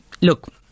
Look